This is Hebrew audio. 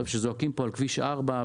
כשזועקים על כביש 4,